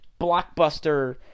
blockbuster